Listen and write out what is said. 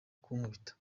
kunkubita